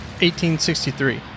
1863